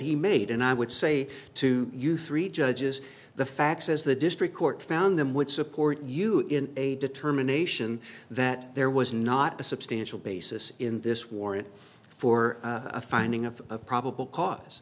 he made and i would say to you three judges the facts as the district court found them would support you in a determination that there was not a substantial basis in this warrant for a finding of probable cause